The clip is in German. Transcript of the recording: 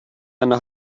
eine